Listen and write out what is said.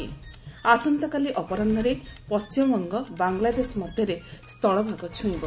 ଆସନ୍ତାକାଲି ଅପରାହୁରେ ପଶ୍ଚିମବଙ୍ଗ ବାଂଲାଦେଶ ମଧ୍ୟରେ ସ୍ଥଳଭାଗ ଛୁଇଁବ